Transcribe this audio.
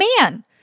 man